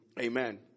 Amen